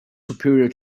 superior